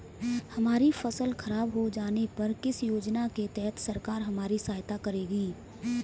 हमारी फसल खराब हो जाने पर किस योजना के तहत सरकार हमारी सहायता करेगी?